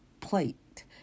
Plate